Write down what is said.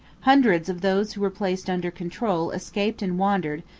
hundreds of those who were placed under control escaped and wandered,